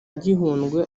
gihundwe